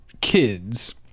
kids